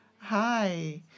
Hi